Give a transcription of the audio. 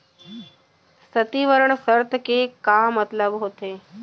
संवितरण शर्त के का मतलब होथे?